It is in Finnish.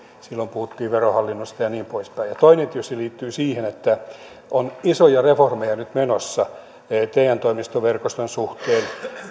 silloin puhuttiin verohallinnosta ja niin poispäin toinen tietysti liittyy siihen että on isoja reformeja nyt menossa te toimistoverkoston suhteen